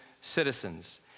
citizens